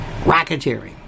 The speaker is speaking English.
Rocketeering